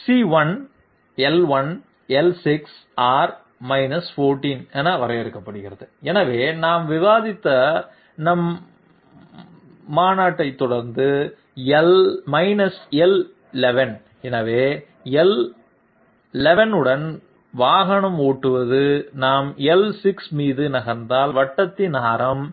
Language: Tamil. c1 l1 l6 R 14 என வரையறுக்கப்படுகிறது எனவே நாம் விவாதித்த எங்கள் மாநாட்டைத் தொடர்ந்து l11 எனவே எல் 11 உடன் வாகனம் ஓட்டுவது நாம் எல் 6 மீது நகர்ந்தால் வட்டத்தின் ஆரம்